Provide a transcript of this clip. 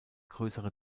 größere